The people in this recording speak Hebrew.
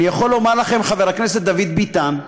אני יכול לומר לכם, חבר הכנסת דוד ביטן,